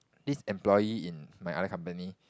this employee in my other company